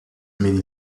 many